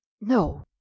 No